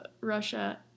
Russia